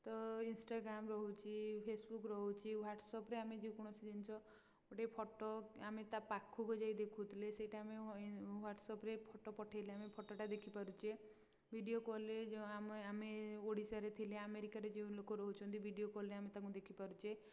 ତ ଇନଷ୍ଟାଗ୍ରାମ୍ ରହୁଛି ଫେସବୁକ୍ ରହୁଛି ହ୍ୱାଟ୍ସଅପରେ ଆମେ ଯେକୌଣସି ଜିନିଷ ଗୋଟେ ଫଟୋ ଆମେ ତା ପାଖକୁ ଯାଇକି ଦେଖୁଥିଲେ ସେଇଟା ଆମେ ହ୍ୱାଟ୍ସଅପରେ ଫଟୋ ପଠେଇଲେ ଆମେ ଫଟୋଟା ଦେଖି ପାରୁଛେ ଭିଡ଼ିଓ କଲରେ ଆମେ ଆମେ ଓଡ଼ିଶାରେ ଥିଲେ ଆମେରିକାରେ ଯେଉଁ ଲୋକ ରହୁଛନ୍ତି ଭିଡ଼ିଓ କଲରେ ଆମେ ତାଙ୍କୁ ଦେଖି ପାରୁଚେ